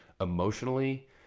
emotionally